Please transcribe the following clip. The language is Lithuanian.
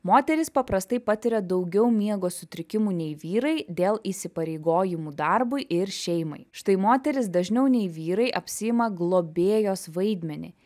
moterys paprastai patiria daugiau miego sutrikimų nei vyrai dėl įsipareigojimų darbui ir šeimai štai moterys dažniau nei vyrai apsiima globėjos vaidmenį